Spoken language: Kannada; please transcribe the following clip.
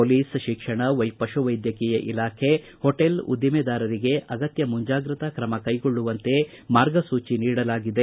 ಪೊಲೀಸ್ ಶಿಕ್ಷಣ ಪಶುವೈದ್ಯಕೀಯ ಇಲಾಖೆ ಹೊಟೇಲ್ ಉದ್ದಿಮಿದಾರರಿಗೆ ಅಗತ್ಯ ಮುಂಜಾಗ್ರತಾ ಕ್ರಮ ಕೈಗೊಳ್ಳುವಂತೆ ಮಾರ್ಗಸೂಚಿ ನೀಡಲಾಗಿದೆ